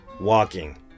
Walking